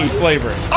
slavery